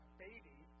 baby